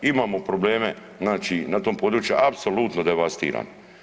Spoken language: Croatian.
Imamo probleme znači na tom području, apsolutno devastiran.